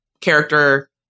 character